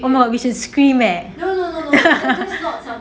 oh no we should scream leh